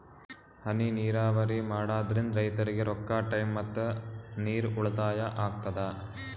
ಹನಿ ನೀರಾವರಿ ಮಾಡಾದ್ರಿಂದ್ ರೈತರಿಗ್ ರೊಕ್ಕಾ ಟೈಮ್ ಮತ್ತ ನೀರ್ ಉಳ್ತಾಯಾ ಆಗ್ತದಾ